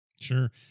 Sure